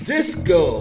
Disco